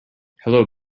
hello